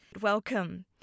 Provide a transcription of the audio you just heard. Welcome